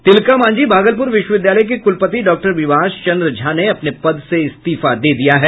तिलकामांझी भागलपुर विश्वविद्यालय के कुलपति डॉ विभाष चंद्र झा ने अपने पद से इस्तीफा दे दिया है